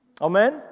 Amen